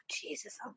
Jesus